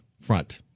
front